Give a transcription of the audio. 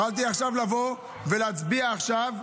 יכולתי לבוא ולהצביע עכשיו,